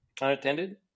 unattended